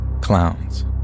clowns